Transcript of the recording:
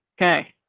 okay,